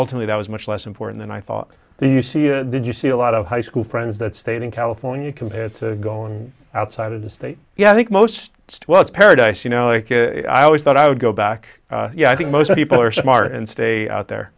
ultimately that was much less important and i thought the you see the did you see a lot of high school friends that stayed in california compared to going outside of the state yeah i think most was paradise you know like i always thought i would go by ak yeah i think most people are smart and stay out there